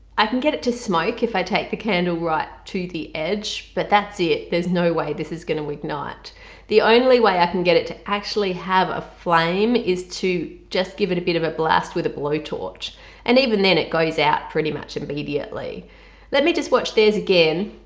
i can get it to smoke if i take the candle right to the edge but that's it there's no way this is going to ignite. the only way i can get it to actually have a flame is to just give it a bit of a blast with a blowtorch and even then it goes out pretty much immediately let me just watch theirs again.